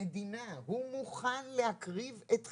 למדינה, הוא מוכן להקריב את חייו.